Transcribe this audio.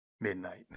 Midnight